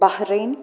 Bahrain